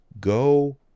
Go